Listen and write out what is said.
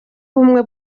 ubumwe